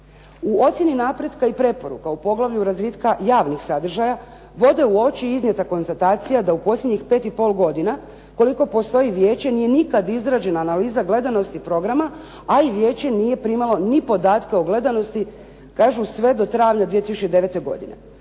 U ocjeni napretka i preporuka u poglavlju "Razvitka javnih sadržaja" bode u oči iznijeta konstatacija da u posljednjih 5 i pol godina koliko postoji Vijeće nije nikad izrađena analiza gledanosti programa, a i Vijeće nije primalo ni podatke o gledanosti kažu sve do travnja 2009. godine,